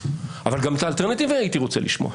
אבל גם את האלטרנטיבה הייתי רוצה לשמוע.